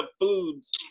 foods